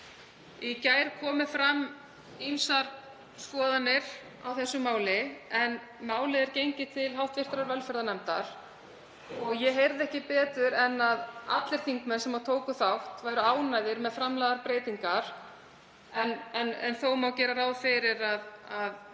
Í gær komu fram ýmsar skoðanir á þessu máli en málið er gengið til hv. velferðarnefndar. Ég heyrði ekki betur en að allir þingmenn sem tóku þátt væru ánægðir með framlagðar breytingar, en þó má gera ráð fyrir að